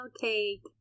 cake